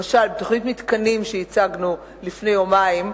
למשל, בתוכנית "מתקנים" שהצגנו לפני יומיים,